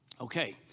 Okay